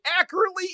accurately